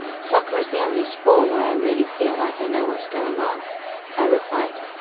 soccer is the only sport where i really feel like i know what's going on i replied.